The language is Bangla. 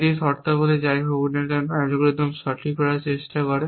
এটি শর্তাবলী যে যাই হোক না কেন এই অ্যালগরিদম সঠিক করার চেষ্টা করে